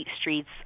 streets